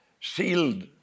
Sealed